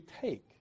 take